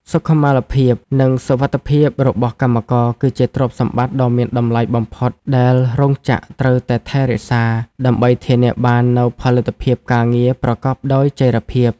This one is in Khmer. សុខុមាលភាព និងសុវត្ថិភាពរបស់កម្មករ គឺជាទ្រព្យសម្បត្តិដ៏មានតម្លៃបំផុតដែលរោងចក្រត្រូវតែថែរក្សា ដើម្បីធានាបាននូវផលិតភាពការងារប្រកបដោយចីរភាព។